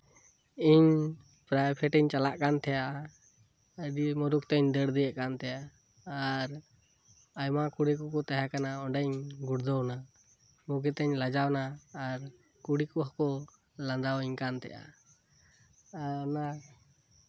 ᱤᱧ ᱯᱨᱟᱭᱵᱷᱮᱴ ᱤᱧ ᱪᱟᱞᱟᱜ ᱠᱟᱱ ᱛᱟᱦᱮᱫᱼᱟ ᱟᱹᱰᱤ ᱢᱩᱨᱩᱠ ᱛᱤᱧ ᱫᱟᱹᱲ ᱤᱫᱤᱭᱮᱫ ᱛᱟᱦᱮᱸᱱᱟ ᱟᱭᱢᱟ ᱠᱩᱲᱤ ᱠᱚᱠᱚ ᱛᱟᱦᱮᱸ ᱠᱟᱱᱟ ᱚᱸᱰᱮ ᱤᱧ ᱜᱩᱲᱫᱷᱟᱹᱣ ᱮᱱᱟ ᱵᱳᱜᱮᱛᱮᱧ ᱞᱟᱡᱟᱣ ᱮᱱᱟ ᱟᱨ ᱠᱩᱲᱤ ᱠᱚᱦᱚᱸ ᱠᱚ ᱞᱟᱸᱫᱟ ᱟᱹᱧ ᱠᱟᱱ ᱛᱟᱸᱦᱮᱱᱟ ᱟᱨ ᱚᱱᱟ